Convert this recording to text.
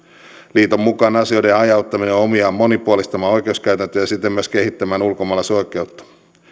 liiton mukaan asioiden hajauttaminen on omiaan monipuolistamaan oikeuskäytäntöä ja siten myös kehittämään ulkomaalaisoikeutta